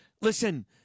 listen